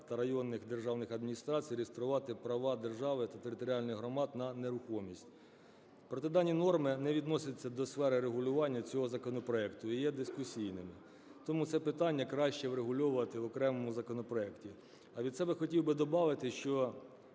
та районних державних адміністрацій реєструвати права держави та територіальних громад на нерухомість. Проте дані норми не відносяться до сфери регулювання цього законопроекту і є дискусійними, тому це питання краще врегульовувати в окремому законопроекті. А від себе хотів би добавити, що